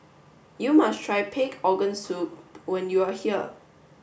you must try pig organ soup when you are here